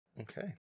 Okay